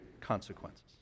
consequences